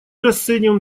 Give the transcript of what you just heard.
расцениваем